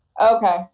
Okay